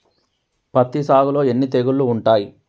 పత్తి సాగులో ఎన్ని తెగుళ్లు ఉంటాయి?